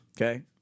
Okay